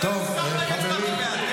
בוודאי שהצבעתי בעד.